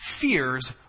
fears